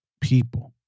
people